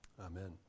amen